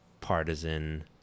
partisan